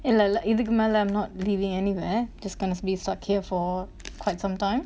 இல்ல இல்ல இதுக்கு மேல:illa illa ithukku mela I'm not living anywhere just gonna be stuck here for quite some time